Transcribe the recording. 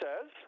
says